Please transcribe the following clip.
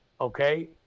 okay